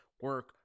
Work